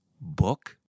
book